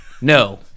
No